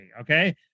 Okay